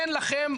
אין לכם,